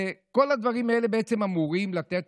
כל הדברים האלה אמורים לתת